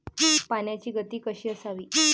पाण्याची गती कशी असावी?